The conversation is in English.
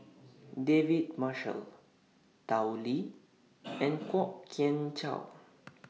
David Marshall Tao Li and Kwok Kian Chow